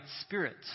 spirits